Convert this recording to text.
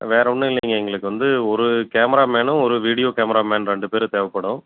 வேறு ஒன்றும் இல்லைங்க எங்களுக்கு வந்து ஒரு கேமரா மேனும் ஒரு வீடியோ கேமரா மேன் ரெண்டு பேர் தேவைப்படும்